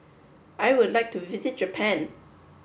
I would like to visit Japan